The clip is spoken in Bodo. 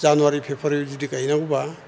जानुवारि फेब्रुवारि जुदि गायनांगौबा